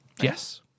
Yes